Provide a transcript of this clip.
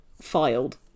filed